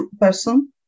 person